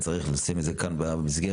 צריך לשים את זה כאן במסגרת,